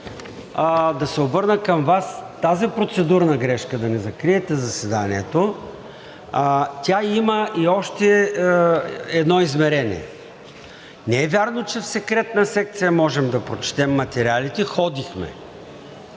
да се обърна към Вас – тази процедурна грешка да не закриете заседанието, тя има и още едно измерение – не е вярно, че в Секретна секция можем да прочетем материалите. Ходихме